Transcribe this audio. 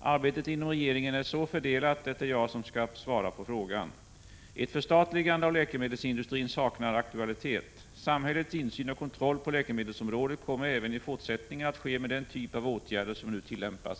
Arbetet inom regeringen är så fördelat att det är jag som skall svara på frågan. Ett förstatligande av läkemedelsindustrin saknar aktualitet. Samhällets insyn och kontroll på läkemedelsområdet kommer även i fortsättningen att ske med den typ av åtgärder som nu tillämpas.